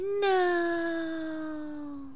No